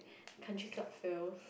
country club feel